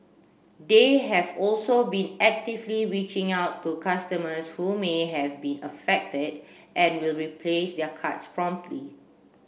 they have also been actively reaching out to customers who may have been affected and will replace their cards promptly